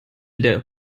der